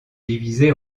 divisés